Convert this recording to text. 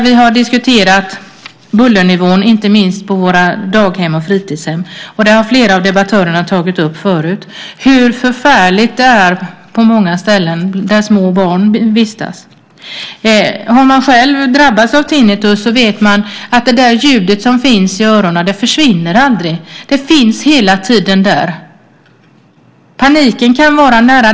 Vi har diskuterat bullernivån inte minst på våra daghem och fritidshem. Flera av debattörerna har tidigare tagit upp hur förfärligt det är på många ställen där små barn vistas. Har man själv drabbats av tinnitus vet man att ljudet i öronen aldrig försvinner. Det finns där hela tiden. Paniken kan vara nära.